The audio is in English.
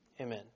Amen